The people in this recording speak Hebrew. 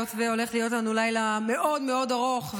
היות שהולך להיות לנו לילה מאוד מאוד ארוך,